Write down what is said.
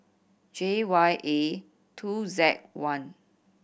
J Y A two Z one